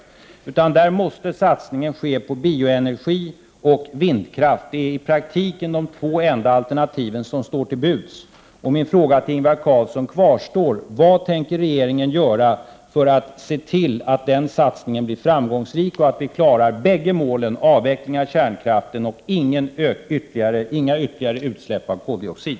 För att nå det andra målet måste vi satsa på bioenergi och vindkraft, det är i praktiken de enda två alternativ som står till buds. Min fråga till Ingvar Carlsson kvarstår alltså: Vad tänker regeringen göra för att se till att den satsningen blir framgångsrik och för att vi skall klara båda målen: avvecklingen av kärnkraften och inga ytterligare utsläpp av koldioxid?